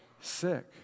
sick